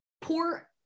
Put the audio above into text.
poor